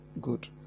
Good